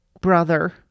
brother